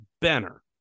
Benner